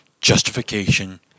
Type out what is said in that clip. justification